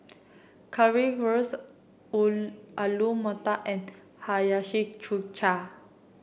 Currywurst Alu Matar and Hiyashi Chuka